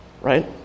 right